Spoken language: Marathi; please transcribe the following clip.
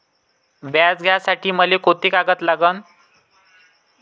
व्याज घ्यासाठी मले कोंते कागद लागन?